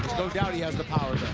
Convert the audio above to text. no doubt he has the power.